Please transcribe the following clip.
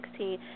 2016